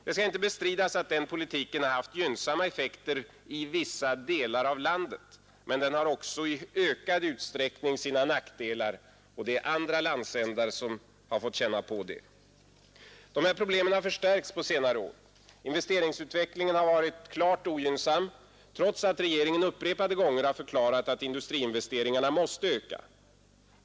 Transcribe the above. Det skall inte bestridas att den politiken har haft gynnsamma effekter i vissa delar av landet. Men den har också i ökad utsträckning sina nackdelar, och det är andra landsdelar som har fått känna på det. De här problemen har förstärkts under senare år. Investeringsutvecklingen har varit klart ogynnsam, trots att regeringen upprepade gånger har förklarat att industriinvesteringarna måste öka.